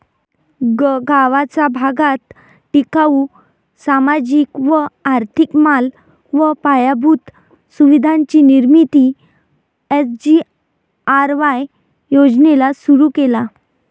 गगावाचा भागात टिकाऊ, सामाजिक व आर्थिक माल व पायाभूत सुविधांची निर्मिती एस.जी.आर.वाय योजनेला सुरु केला